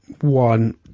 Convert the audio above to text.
one